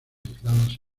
aisladas